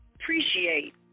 appreciate